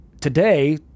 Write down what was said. today